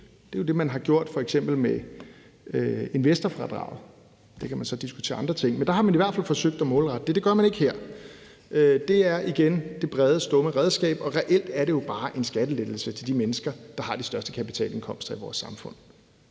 Det er jo det, man f.eks. har gjort med investorfradraget. Der kan man så diskutere andre ting, men der har man i hvert fald forsøgt at målrette det. Det gør man ikke her. Det er igen det brede stumme redskab, og reelt er det jo bare en skattelettelse til de mennesker, der har de største kapitalindkomster i vores samfund.